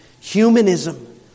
humanism